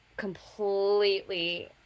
completely